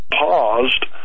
paused